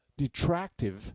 detractive